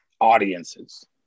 audiences